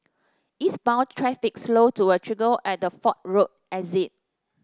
eastbound traffic slowed to a trickle at the Fort Road exit